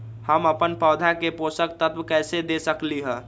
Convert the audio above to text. हम अपन पौधा के पोषक तत्व कैसे दे सकली ह?